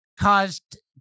caused